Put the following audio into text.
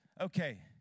Okay